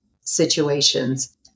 situations